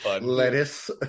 Lettuce